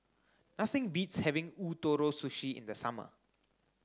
nothing beats having Ootoro Sushi in the summer